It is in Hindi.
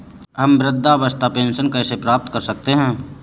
हम वृद्धावस्था पेंशन कैसे प्राप्त कर सकते हैं?